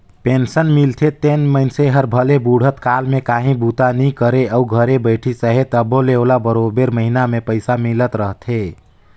pension मिलथे तेन मइनसे हर भले बुढ़त काल में काहीं बूता नी करे अउ घरे बइठिस अहे तबो ले ओला बरोबेर महिना में पइसा मिलत रहथे